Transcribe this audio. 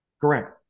Correct